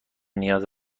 نیاز